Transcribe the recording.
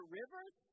rivers